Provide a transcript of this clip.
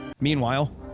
Meanwhile